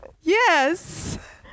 yes